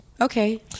Okay